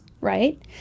right